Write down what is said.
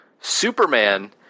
Superman